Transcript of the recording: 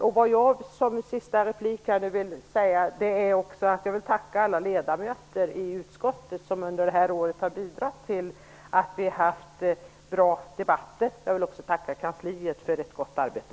I min sista replik vill jag tacka alla ledamöter i utskottet som under detta år har bidragit till att vi har haft bra debatter. Jag vill också tacka kansliet för ett gott arbete.